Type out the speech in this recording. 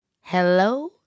Hello